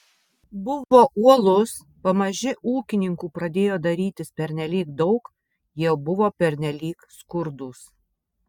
buvo uolus pamaži ūkininkų pradėjo darytis pernelyg daug jie buvo pernelyg skurdūs